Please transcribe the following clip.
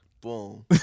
boom